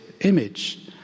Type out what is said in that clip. image